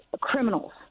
criminals